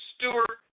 Stewart